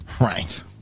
right